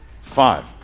Five